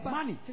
Money